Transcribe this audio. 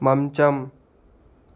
మంచం